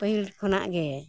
ᱯᱟᱹᱦᱤᱞ ᱠᱷᱚᱱᱟᱜ ᱜᱮ